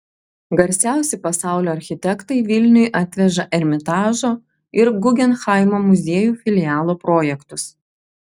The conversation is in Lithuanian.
garsiausi pasaulio architektai vilniui atveža ermitažo ir gugenhaimo muziejų filialo projektus